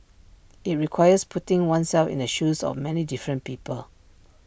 IT requires putting oneself in the shoes of many different people